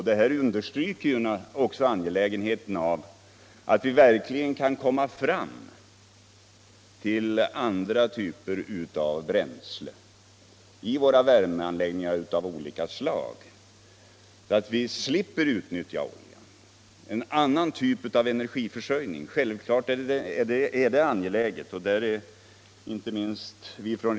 Det understryker angelägenheten av att vi verkligen kan komma fram till en annan typ av energiförsörjning än genom förbränning av olja.